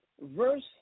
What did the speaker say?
verse